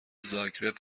زاگرب